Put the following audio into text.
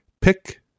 pick